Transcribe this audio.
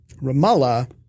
Ramallah